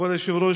כבוד היושב-ראש,